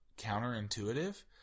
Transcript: counterintuitive